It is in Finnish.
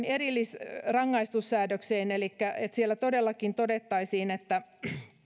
erillisrangaistussäädökseen elikkä siellä todellakin todettaisiin että